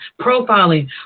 profiling